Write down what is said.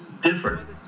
different